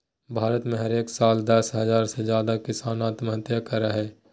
भारत में हरेक साल दस हज़ार से ज्यादे किसान आत्महत्या करय हय